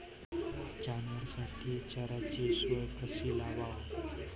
जनावराइसाठी चाऱ्याची सोय कशी लावाव?